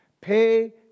Pay